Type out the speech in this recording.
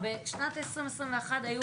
בשנת 2021,